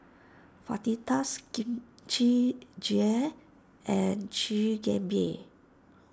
Fajitas Kimchi Jjigae and Chigenabe